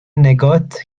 نگات